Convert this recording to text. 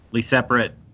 separate